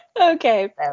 Okay